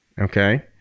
Okay